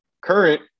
current